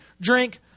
drink